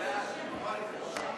להעביר את הצעת